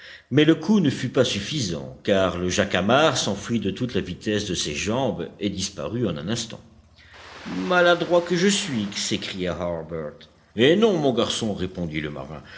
mais le coup ne fut pas suffisant car le jacamar s'enfuit de toute la vitesse de ses jambes et disparut en un instant maladroit que je suis s'écria harbert eh non mon garçon répondit le marin